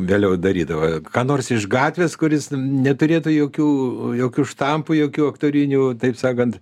vėliau darydavo ką nors iš gatvės kuris neturėtų jokių jokių štampų jokių aktorinių taip sakant